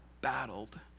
battled